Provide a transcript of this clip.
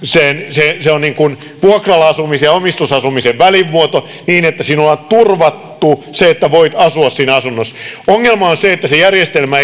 se se on vuokralla asumisen ja omistusasumisen välimuoto niin että sinulla on turvattu se että voit asua siinä asunnossa ongelma on se että se järjestelmä